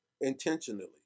intentionally